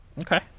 okay